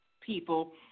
people